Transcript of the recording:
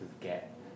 get